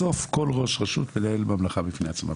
בסוף כל ראש רשות מנהל ממלכה בפני עצמה,